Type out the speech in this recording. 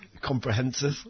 Comprehensive